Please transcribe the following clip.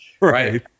Right